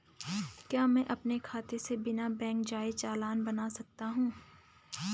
क्या मैं अपने खाते से बिना बैंक जाए चालान बना सकता हूँ?